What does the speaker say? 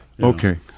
Okay